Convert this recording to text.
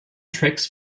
tracks